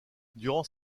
durant